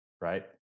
Right